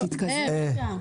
אבל תתקזז.